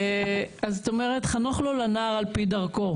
זאת אומרת, חנוך לו לנער על-פי דרכו.